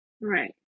Right